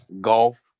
Golf